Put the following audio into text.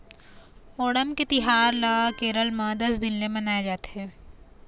ओणम के तिहार ल केरल म दस दिन ले मनाए जाथे